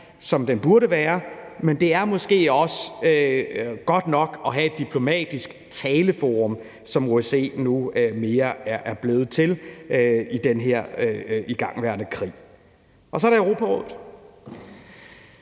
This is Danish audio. som den burde være, men det er måske også godt nok at have et diplomatisk taleforum, som OSCE nu mere er blevet til i den her igangværende krig. Så er der Europarådet.